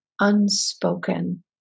unspoken